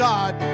God